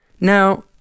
Now